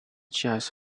just